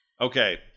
Okay